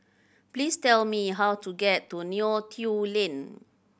please tell me how to get to Neo Tiew Lane